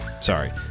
Sorry